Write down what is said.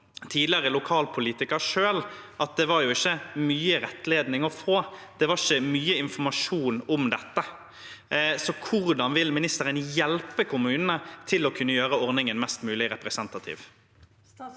tidligere lokalpolitiker selv, at det var ikke mye rettledning å få, det var ikke mye informasjon om dette. Så hvordan vil ministeren hjelpe kommunene til å kunne gjøre ordningen mest mulig representativ?